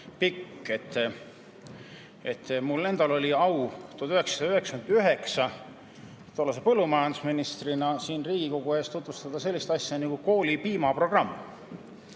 Mul endal oli au 1999. aastal tollase põllumajandusministrina siin Riigikogu ees tutvustada sellist asja nagu koolipiimaprogramm,